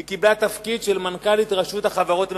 היא קיבלה תפקיד של מנכ"לית רשות החברות הממשלתיות.